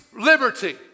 liberty